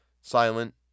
silent